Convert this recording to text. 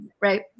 Right